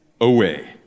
away